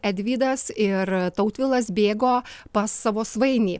edvydas ir tautvilas bėgo pas savo svainį